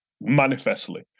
manifestly